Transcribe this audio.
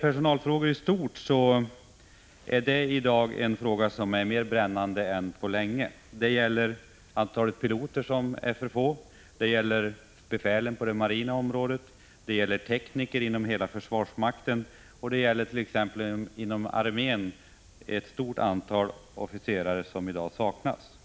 Personalfrågorna i stort är i dag mer brännande än på länge. Det gäller här antalet piloter — som är för litet — och det gäller befälen på det marina området, det gäller tekniker inom hela försvarsmakten och det gäller armén, där ett stort antal officerare i dag saknas.